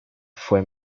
fue